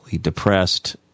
depressed